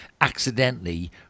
accidentally